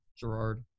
Gerard